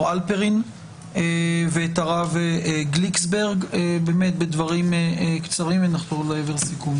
הלפרין ואת הרב גליקסברג בדברים קצרים ונחתור לעבר סיכום.